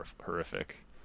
horrific